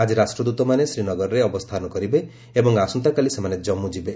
ଆଜି ରାଷ୍ଟ୍ରଦୃତମାନେ ଶ୍ରୀନଗରରେ ଅବସ୍ଥାନ କରିବେ ଏବଂ ଆସନ୍ତାକାଲି ସେମାନେ ଜାନ୍ମୁ ଯିବେ